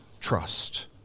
trust